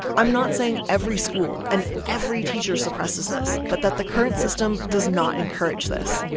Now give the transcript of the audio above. i'm not saying every school and every teacher suppresses this, but that the current system does not encourage this.